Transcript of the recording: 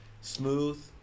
Smooth